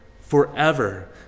forever